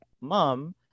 mom